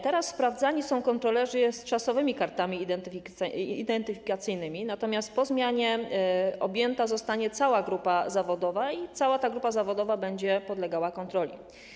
Teraz sprawdzani są kontrolerzy z czasowymi kartami identyfikacyjnymi, natomiast po zmianie objęta zostanie cała grupa zawodowa i cała ta grupa zawodowa będzie podlegała kontroli.